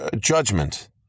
judgment